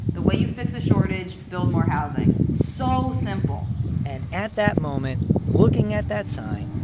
the way you fix a shortage build more housing so simple and at that moment looking at that sign,